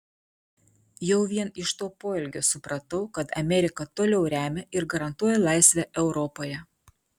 jau vien iš to poelgio supratau kad amerika toliau remia ir garantuoja laisvę europoje